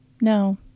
No